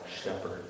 shepherd